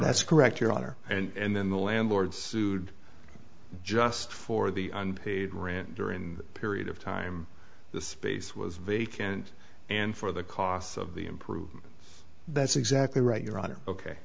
that's correct your honor and then the landlords sued just for the unpaid rent during that period of time the space was vacant and for the cost of the improved that's exactly right your honor ok